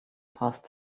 passed